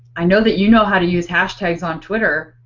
i know that you know how to use hashtags on twitter.